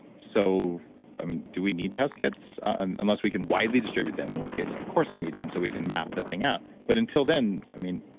so i mean do we need test kits? and unless, we can widely distribute them. in which case, of course we need them so we can map the out. but until then, i mean,